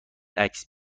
عکس